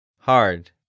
Hard